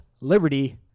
liberty